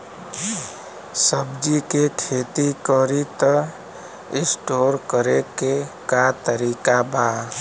सब्जी के खेती करी त स्टोर करे के का तरीका बा?